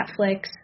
netflix